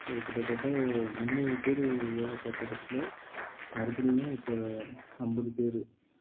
அது கிட்டத்தட்ட முந்நூறு பேர் வேலை பார்த்த இடத்துல மறுபடியும் இப்போ ஐம்பது பேர்